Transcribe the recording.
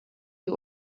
you